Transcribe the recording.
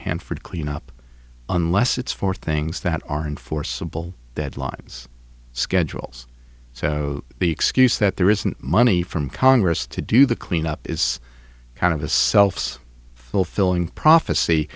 hanford cleanup unless it's for things that aren't forcible that lines schedules so the excuse that there isn't money from congress to do the cleanup is kind of a self's fulfilling prophecy